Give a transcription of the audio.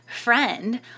friend